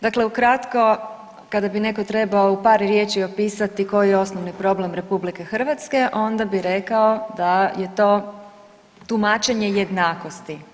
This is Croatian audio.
Dakle, ukratko kada bi netko trebao u par riječi opisati koji je osnovni problem RH onda bi rekao da je to tumačenje jednakosti.